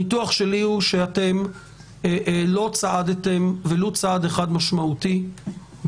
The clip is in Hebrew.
לפי הניתוח שלי לא צעדתם אפילו לא צעד אחד משמעותי בעידן